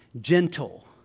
gentle